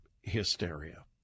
hysteria